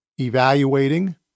evaluating